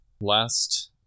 last